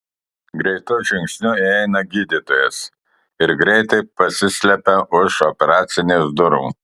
greitu žingsniu įeina gydytojas ir greitai pasislepia už operacinės durų